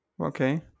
Okay